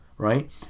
Right